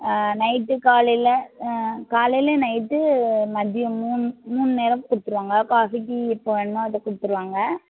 night காலையில் காலையில் night மதியம் மூணு மூணு நேரமும் கொடுத்துருவாங்க காஃபி டீ எப்போது வேணுமோ அதை கொடுத்துருவாங்க